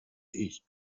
ich